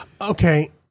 Okay